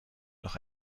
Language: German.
noch